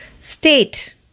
State